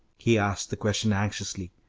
he asked the question anxiously.